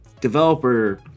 developer